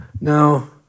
Now